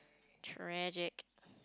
tragic